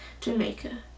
Jamaica